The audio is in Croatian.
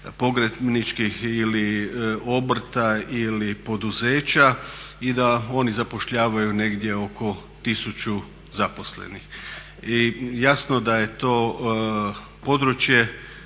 pogrebničkih obrta ili poduzeća i da oni zapošljavaju negdje oko 1000 zaposlenih. I jasno da je to područje